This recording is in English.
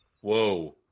Whoa